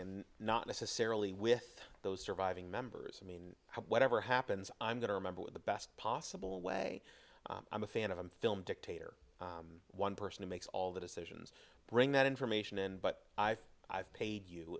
and not necessarily with those surviving members i mean whatever happens i'm going to remember with the best possible way i'm a fan of a film dictator one person who makes all the decisions bring that information and but i've i've paid you